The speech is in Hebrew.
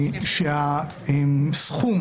הסכום